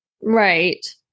Right